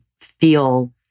feel